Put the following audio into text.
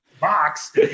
box